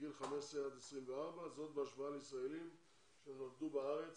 מגיל 15 עד 24. זאת בהשוואה לישראלים שנולדו בארץ.